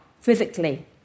physically